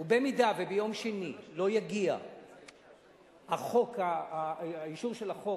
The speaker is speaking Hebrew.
ואם ביום שני לא יגיע אישור החוק